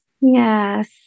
Yes